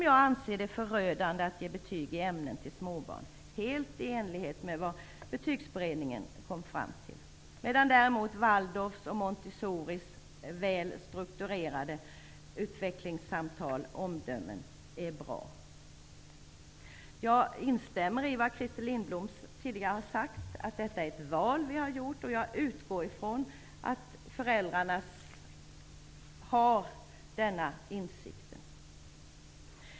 Jag anser det förödande att ge betyg i olika ämnen till småbarn, helt i enlighet med vad Betygsberedningen kom fram till. Däremot är Waldorfskolornas och Montessoriskolornas väl strukturerade utvecklingssamtal och omdömen bra. Jag instämmer i det Christer Lindblom tidigare sagt om att vi har gjort ett val. Jag utgår ifrån att föräldrarna har denna insikt.